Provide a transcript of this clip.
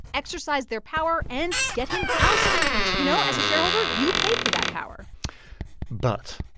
exercise their power and get him ousted. you know, as a shareholder, you paid for that power but.